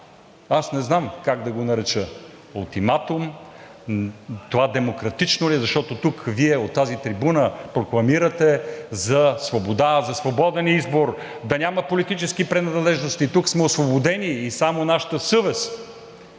не знам как да го нарека – ултиматум? Това демократично ли е, защото тук Вие от тази трибуна прокламирате за свобода, за свободен избор, да няма политическа принадлежности, тук сме освободени и само нашата съвест